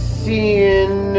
seeing